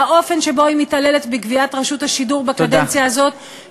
והאופן שבה היא מתעללת בגוויית רשות השידור בקדנציה הזאת תודה.